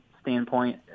standpoint